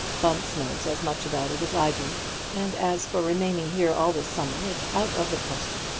bunce knows as much about it as i do and as for remaining here all the summer, it's out of the question.